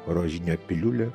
rožinė piliulė